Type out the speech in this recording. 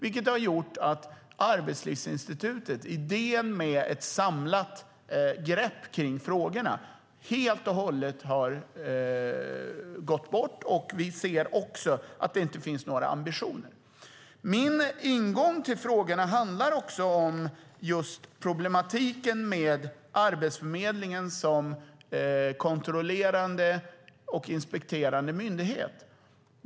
Idén med ett samlat grepp kring frågorna, som hos Arbetslivsinstitutet, har helt och hållet försvunnit. Vi ser också att det inte finns några ambitioner. Min ingång till frågorna handlar också om problematiken med Arbetsförmedlingen som kontrollerande och inspekterande myndighet.